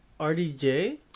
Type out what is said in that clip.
RDJ